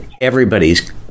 everybody's